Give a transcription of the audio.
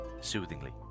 soothingly